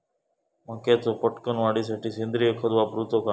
मक्याचो पटकन वाढीसाठी सेंद्रिय खत वापरूचो काय?